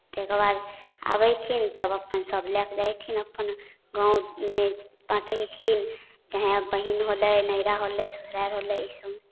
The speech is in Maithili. तकर बाद आबैहेखिन तब अपन सभ लए कऽ जाएलखिन अपन गाँवमे पठेलखिन चाहे बहीन होलै नहिरा होलै ससुरारि होलै ईसभमे